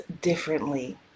differently